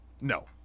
No